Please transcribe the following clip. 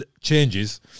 changes